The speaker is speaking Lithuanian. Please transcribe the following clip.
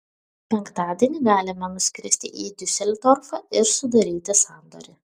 penktadienį galime nuskristi į diuseldorfą ir sudaryti sandorį